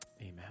Amen